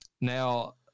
Now